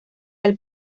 del